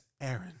Aaron